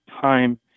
time